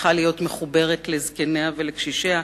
צריכה להיות מחוברת לזקניה ולקשישיה,